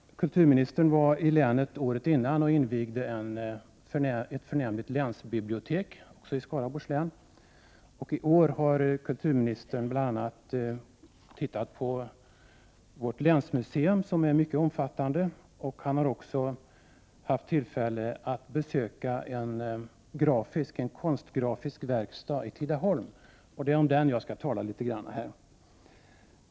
Kulturministern var i länet året dessförinnan och invigde ett förnämligt länsbibliotek; i år har kulturministern sett vårt länsmuseum som är mycket omfattande. Han har också haft tillfälle att besöka en konstgrafisk verkstad i Tidaholm. Den skall jag tala litet grand om.